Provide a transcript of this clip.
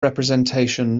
representation